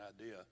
idea